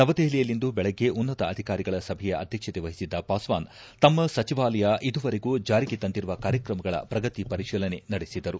ನವದೆಹಲಿಯಲ್ಲಿಂದು ಬೆಳಗ್ಗೆ ಉನ್ನತ ಅಧಿಕಾರಿಗಳ ಸಭೆಯ ಅಧ್ಯಕ್ಷತೆ ವಹಿಸಿದ್ದ ಪಾಸ್ವಾನ್ ತಮ್ಮ ಸಚಿಚಾಲಯ ಇದುವರೆಗೂ ಜಾರಿಗೆ ತಂದಿರುವ ಕಾರ್ಯಕ್ರಮಗಳ ಪ್ರಗತಿ ಪರಿಶೀಲನೆ ನಡೆಸಿದರು